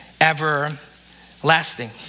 everlasting